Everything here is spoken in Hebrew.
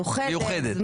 מיוחדת.